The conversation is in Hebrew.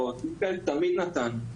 תמיד נתנו.